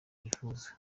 yifuza